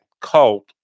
cult